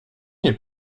nie